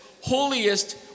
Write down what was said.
holiest